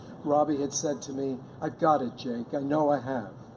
robbie had said to me, i've got it jake, i know i have.